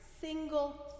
single